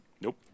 Nope